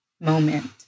moment